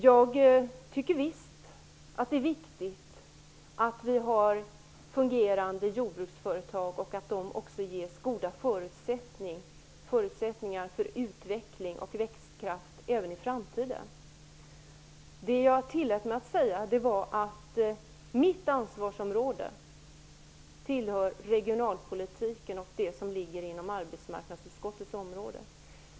Jag tycker visst att det är viktigt att vi har fungerande jordbruksföretag och att de också ges goda förutsättningar för utveckling och växtkraft även i framtiden. Det som jag tillät mig att säga var att mitt ansvarsområde tillhör regionalpolitiken och det som ligger inom arbetsmarknadsutskottets område.